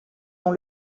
dans